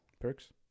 Perks